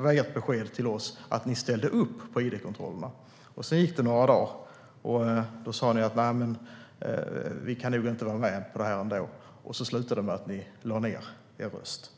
var ert besked till oss att ni ställde upp på id-kontrollerna. Sedan gick det några dagar. Då sa ni: Vi kan nog inte vara med på det här ändå. Det slutade sedan med att ni lade ned era röster.